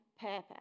purpose